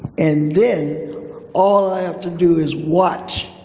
and then all i have to do is watch.